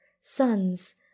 sons